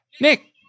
Nick